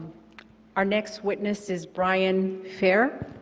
our next witness is brian fare